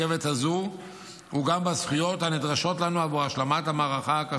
הזו וגם בזכויות הנדרשות לנו להשלמת המערכה הקשה